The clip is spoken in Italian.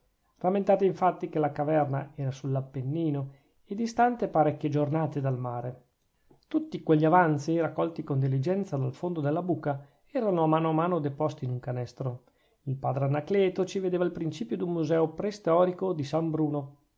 rammentate infatti che la caverna era sull'appennino e distante parecchie giornate dal mare tutti quegli avanzi raccolti con diligenza dal fondo della buca erano a mano a mano deposti in un canestro il padre anacleto ci vedeva il principio d'un museo preistorico di san bruno